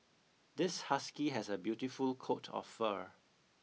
this husky has a beautiful coat of fur